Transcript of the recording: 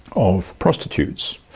of prostitutes,